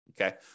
Okay